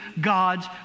God's